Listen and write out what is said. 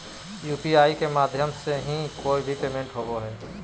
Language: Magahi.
यू.पी.आई के माध्यम से ही कोय भी पेमेंट होबय हय